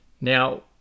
Now